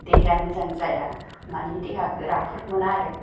देहाया मोजां जाया मानि देहाखो राफोद मोना आरो